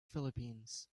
philippines